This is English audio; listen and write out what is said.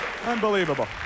Unbelievable